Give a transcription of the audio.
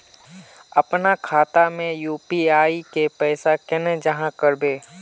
अपना खाता में यू.पी.आई के पैसा केना जाहा करबे?